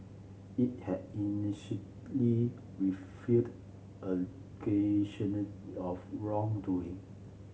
it had initially refuted of wrongdoing